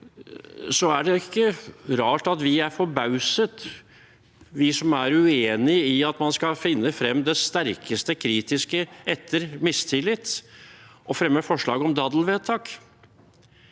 er det ikke rart at vi er forbauset, vi som er uenige i at man skal finne frem det sterkeste kritiske etter mistillit og fremmer forslag om daddelvedtak.